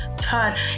turn